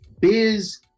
biz